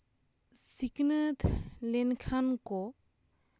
ᱥᱤᱠᱷᱱᱟᱹᱛ ᱞᱮᱱᱠᱷᱟᱱ ᱠᱚ